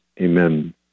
Amen